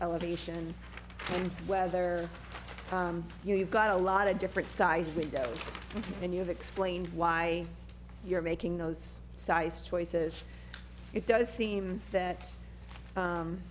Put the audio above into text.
elevation and whether you've got a lot of different sized windows and you've explained why you're making those sized choices it does seem that